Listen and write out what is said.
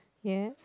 yes